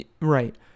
right